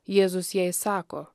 jėzus jai sako